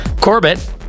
Corbett